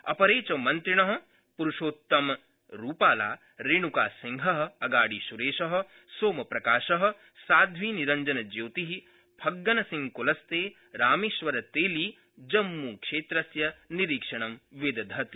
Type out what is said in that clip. अपरे च मन्त्रिण पुरूषोत्तमरूपाला रेणकासिंह अगाड़ीसुरेश सोमप्रकाश साध्वी निरञ्जनज्योति फग्गनसिंहक्लस्ते रामेश्वरतेली जम्मूक्षेत्रस्य निरीक्षणं विदधति